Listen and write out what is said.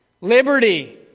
Liberty